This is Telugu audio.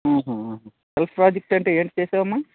ఆహా ఆహా సెల్ఫ్ ప్రాజెక్ట్ అంటే ఏం చేసావు అమ్మా